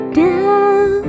down